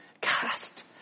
Cast